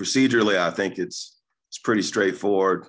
procedurally i think it's pretty straightforward